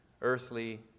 earthly